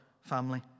family